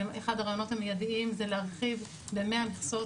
אחד הרעיונות המיידיים זה להרחיב ב-100 מכסות